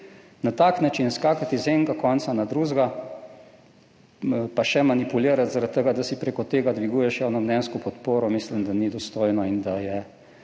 Na tak način skakati z enega konca na drugega pa še manipulirati zaradi tega, da si prek tega dviguješ javnomnenjsko podporo, mislim, da ni dostojno in da je